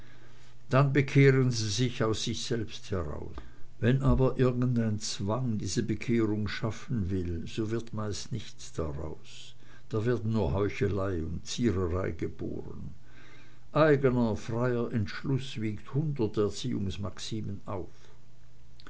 dann bekehren sie sich aus sich selbst heraus wenn aber irgendein zwang diese bekehrung schaffen will so wird meist nichts draus da werden nur heuchelei und ziererei geboren eigner freier entschluß wiegt hundert erziehungsmaximen auf